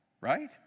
right